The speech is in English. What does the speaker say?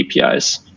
APIs